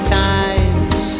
times